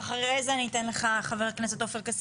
ואחרי זה אני אתן לך חבר הכנסת עופר כסיף.